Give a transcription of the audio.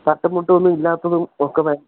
തട്ടും മുട്ടും ഒന്നും ഇല്ലാത്തതും ഒക്കെ